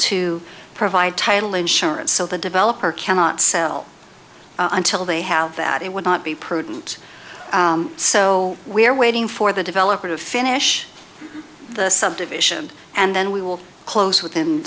to provide title insurance so the developer cannot sell until they have that it would not be prudent so we are waiting for the developer to finish the subdivision and then we will close within